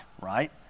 right